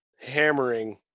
hammering